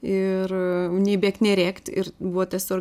ir nei bėgt nei rėkt ir buvo tas sor